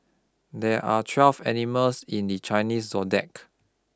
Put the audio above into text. there are twelve animals in the Chinese zodiac